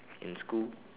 in school